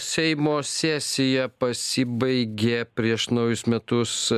seimo sesija pasibaigė prieš naujus metus